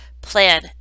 plan